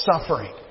suffering